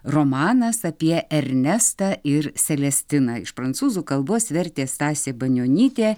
romanas apie ernestą ir selestiną iš prancūzų kalbos vertė stasė banionytė